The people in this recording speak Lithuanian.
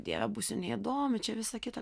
dieve būsiu neįdomu čia visą kitą